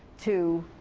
to